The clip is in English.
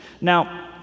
Now